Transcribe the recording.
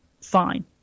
fine